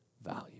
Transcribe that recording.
value